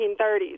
1930s